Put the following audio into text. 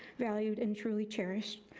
valued, and truly cherished.